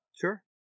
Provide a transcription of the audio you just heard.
Sure